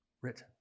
written